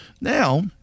now